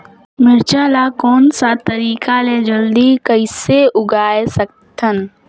मिरचा ला कोन सा तरीका ले जल्दी कइसे उगाय सकथन?